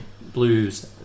Blue's